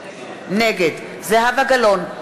נגד זהבה גלאון,